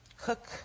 cook